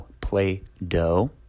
Play-Doh